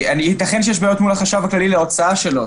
יתכן שיש בעיות מול החשב הכללי להוצאה שלו.